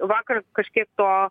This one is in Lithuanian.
vakar kažkiek to